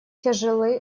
тяжелы